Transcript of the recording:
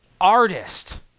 artist